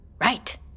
Right